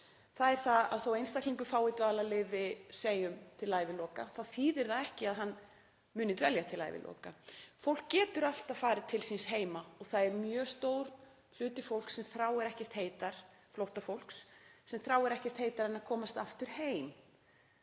tíma er að þó að einstaklingur fái dvalarleyfi, segjum til æviloka þá þýðir það ekki að hann muni dvelja til æviloka. Fólk getur alltaf farið til síns heima og það er mjög stór hluti flóttafólks sem þráir ekkert heitar en að komast aftur heim.